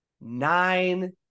Nine